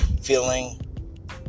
feeling